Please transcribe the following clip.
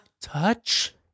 touch